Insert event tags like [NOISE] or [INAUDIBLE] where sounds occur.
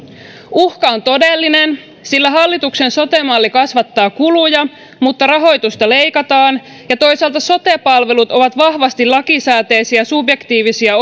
uhka on todellinen sillä hallituksen sote malli kasvattaa kuluja mutta rahoitusta leikataan ja toisaalta sote palvelut ovat vahvasti lakisääteisiä subjektiivisia [UNINTELLIGIBLE]